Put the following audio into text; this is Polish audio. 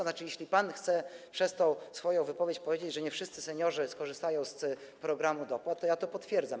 Znaczy, jeśli pan chce przez tę swoją wypowiedź powiedzieć, że nie wszyscy seniorzy skorzystają z programu dopłat, to ja to potwierdzam.